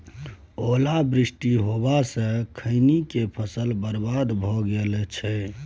ओला वृष्टी होबा स खैनी के फसल बर्बाद भ गेल अछि?